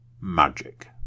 magic